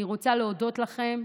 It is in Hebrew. אני רוצה להודות לכם,